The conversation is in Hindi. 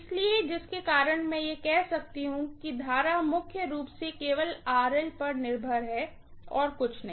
इसलिए जिसके कारण मैं कह सकती हूँ कि करंट मुख्य रूप से केवल पर निर्भर है और कुछ नहीं